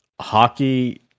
hockey